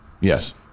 Yes